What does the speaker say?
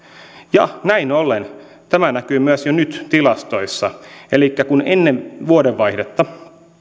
näin ollen tämä näkyy myös jo nyt tilastoissa elikkä kun ennen vuodenvaihdetta